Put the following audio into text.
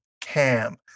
cam